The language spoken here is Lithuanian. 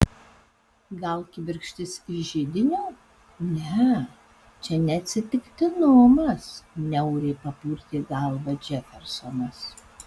gal kibirkštis iš židinio ne čia ne atsitiktinumas niauriai papurtė galvą džefersonas